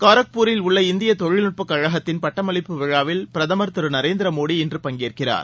காரக்பூரில் உள்ள இந்திய தொழில்நுட்பக் கழகத்தின் பட்டமளிப்பு விழாவில் பிரதமர் திரு நரேந்திர மோட இன்று பங்கேற்கிறார்